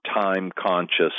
time-conscious